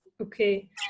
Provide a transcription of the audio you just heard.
Okay